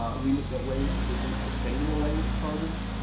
we looked at ways to produce sustainable language programs.